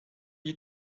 you